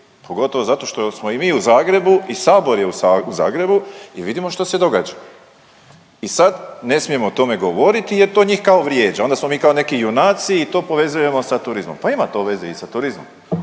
pogotovo zato što smo i mi u Zagrebu, i sabor je u Zagrebu i vidimo što se događa i sad ne smijemo o tome govoriti jer to njih kao vrijeđa, onda smo mi kao neki junaci i to povezujemo sa turizmom. Pa ima to veze i sa turizmom,